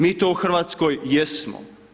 Mi to u Hrvatskoj jesmo.